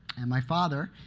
and my father,